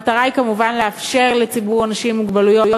המטרה היא כמובן לאפשר לציבור האנשים עם מוגבלויות